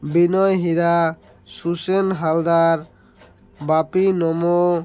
Vinay Hira Susen Haldar Bapi Nomo